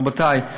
רבותיי,